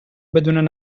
بدون